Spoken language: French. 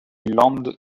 land